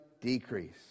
decrease